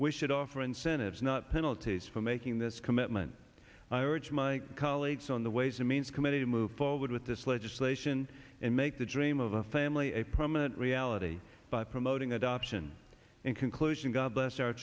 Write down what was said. we should offer incentives not penalties for making this commitment i urge my colleagues on the ways and means committee to move forward with this legislation and make the dream of a family a permanent reality by promoting adoption in conclusion god bless our